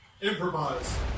Improvise